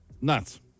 nuts